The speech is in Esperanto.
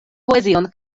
poezion